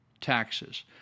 taxes